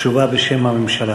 תשובה בשם הממשלה